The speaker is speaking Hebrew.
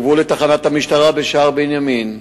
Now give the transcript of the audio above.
הן הובאו לתחנת המשטרה בשער-בנימין.